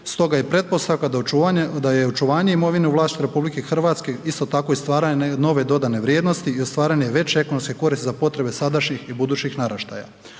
stoga je pretpostavka da je očuvanje imovine u vlasništvu RH isto tako i stvaranje nove dodane vrijednosti i stvaranje veće ekonomske koristi za potrebe sadašnjih i budućih naraštaja.